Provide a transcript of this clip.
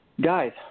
Guys